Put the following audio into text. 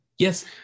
Yes